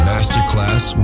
Masterclass